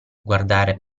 guardare